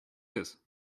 his